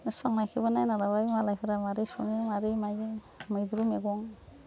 संनायखौबो नायना लाबाय मालायफ्रा माबोरै सङो माबोरै मायो मैद्रु मैगं